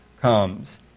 comes